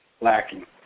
lacking